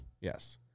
Yes